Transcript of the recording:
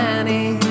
Annie